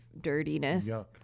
dirtiness